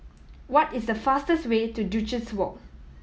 what is the fastest way to Duchess Walk